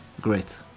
great